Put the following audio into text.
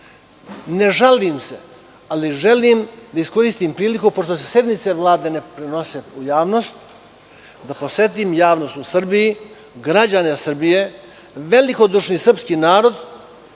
žalim se, ali želim da iskoristim priliku pošto se sednice Vlade ne prenose u javnosti, želim da podsetim javnost u Srbiji, građane Srbije, velikodušni srpski narod